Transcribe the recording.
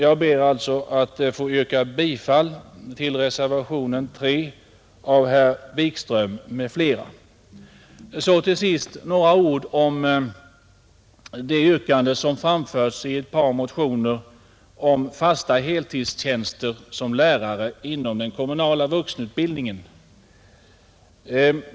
Jag ber alltså att få yrka bifall till reservationen 3 av herr Wikström m.fl. Så till sist några ord om det yrkande som framförts i ett par motioner om fasta heltidstjänster som lärare inom den kommunala vuxenutbildningen.